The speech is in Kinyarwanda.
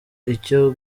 icyo